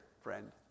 friend